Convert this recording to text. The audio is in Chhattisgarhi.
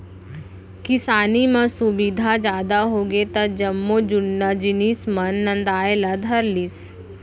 किसानी म सुबिधा जादा होगे त जम्मो जुन्ना जिनिस मन नंदाय ला धर लिस